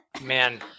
man